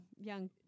young